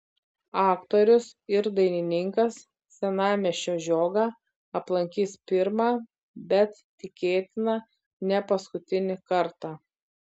aktorius ir dainininkas senamiesčio žiogą aplankys pirmą bet tikėtina ne paskutinį kartą